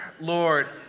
Lord